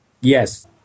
Yes